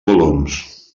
volums